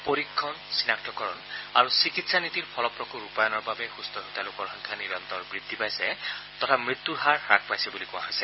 পৰীক্ষা চিনাক্তকৰণ আৰু চিকিৎসা নীতিৰ ফলপ্ৰসূ ৰূপায়ণৰ বাবে সুস্থ হৈ উঠা লোকৰ সংখ্যা নিৰন্তৰ বৃদ্ধি পাইছে তথা মৃত্যুৰ হাৰ হ্ৰাস পাইছে বুলি কোৱা হৈছে